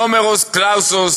נומרוס קלאוזוס